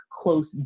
close